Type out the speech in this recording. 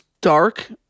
dark-